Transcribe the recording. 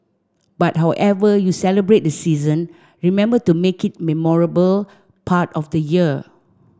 but however you celebrate the season remember to make it memorable part of the year